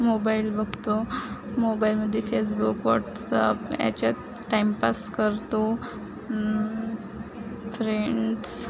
mobile बघतो मोबाईलमध्ये Facebook WhatsApp याच्यात टाईमपास करतो फ्रेंड्स